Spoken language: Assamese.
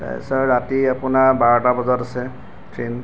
তাৰপিছত ৰাতি আপোনাৰ বাৰটা বজাত আছে ট্ৰেইন